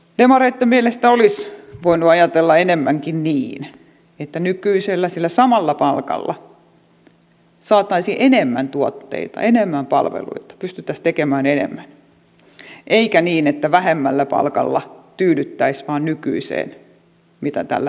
demareitten mielestä olisi voinut ajatella enemmänkin niin että nykyisellä sillä samalla palkalla saataisiin enemmän tuotteita enemmän palveluita pystyttäisiin tekemään enemmän eikä niin että vähemmällä palkalla tyydyttäisiin vain nykyiseen mitä tällä hetkellä tehdään